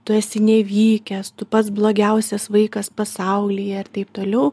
tu esi nevykęs tu pats blogiausias vaikas pasaulyje ir taip toliau